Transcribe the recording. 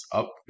up